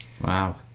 Wow